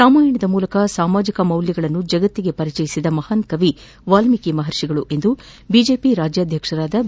ರಾಮಾಯಣದ ಮೂಲಕ ಸಾಮಾಜಿಕ ಮೌಲ್ಯಗಳನ್ನು ಜಗತ್ತಿಗೆ ಪರಿಚಯಿಸಿದ ಮಹಾನ್ ಕವಿ ವಾಲ್ಮೀಕಿ ಎಂದು ಬಿಜೆಪಿ ರಾಜ್ಯಾಧ್ಯಕ್ಷ ಬಿ